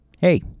Hey